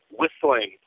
whistling